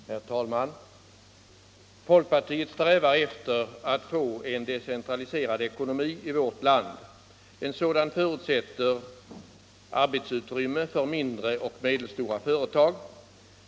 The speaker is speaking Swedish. Herr talman! Folkpartiet strävar efter att få en decentraliserad ekonomi i vårt land. En sådan förutsätter arbetsutrymme för mindre och medelstora företag.